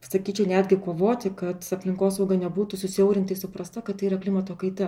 sakyčiau netgi kovoti kad aplinkosauga nebūtų susiaurintai suprasta kad tai yra klimato kaita